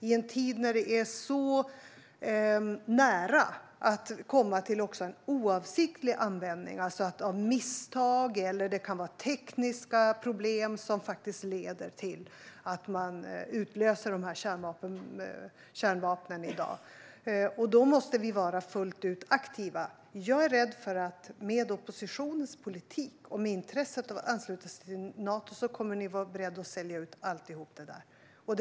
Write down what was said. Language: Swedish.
I en tid när det är så nära också till oavsiktlig användning, alltså att misstag eller tekniska problem kan leda till att man utlöser kärnvapen, måste vi vara aktiva fullt ut. Jag är rädd för att ni i oppositionen med er politik och intresset för att ansluta sig till Nato kommer att vara beredda att sälja ut allt detta.